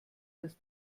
des